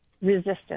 resistance